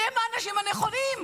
כי הם האנשים הנכונים,